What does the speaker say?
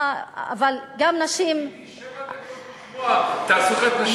חיכיתי שבע דקות לשמוע "תעסוקת נשים".